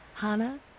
Hana